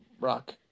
rock